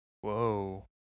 Whoa